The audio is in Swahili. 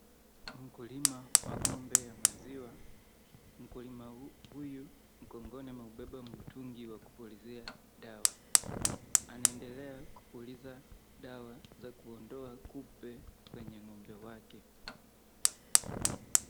Mkulima wa ng'ombe ya maziwa, mkulima huyu mgongoni ameubeba mtungi wa kupulizia dawa. Anaendelea kupuliza dawa za kuondoa kupe kwenye ng'ombe wake.